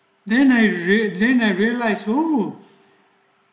then I read then I realize oh